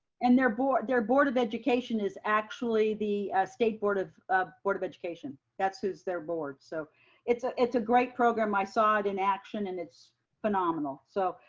and their board their board of education is actually the state board of of board of education. that's who's their board. so it's ah it's a great program. i saw it in action and it's phenomenal. so